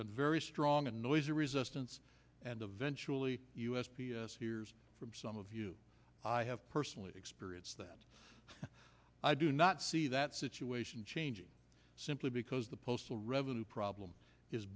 been very strong and noisy resistance and eventually u s p s hears from some of you i have personally experienced that i do not see that situation changing simply because the postal revenue problem is